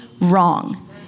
wrong